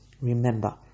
Remember